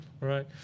right